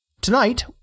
Tonight